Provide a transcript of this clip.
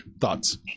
thoughts